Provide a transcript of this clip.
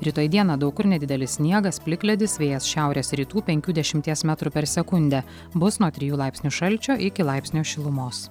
rytoj dieną daug kur nedidelis sniegas plikledis vėjas šiaurės rytų penkių dešimties metrų per sekundę bus nuo trijų laipsnių šalčio iki laipsnio šilumos